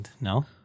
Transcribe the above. No